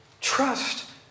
Trust